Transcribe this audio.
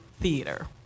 theater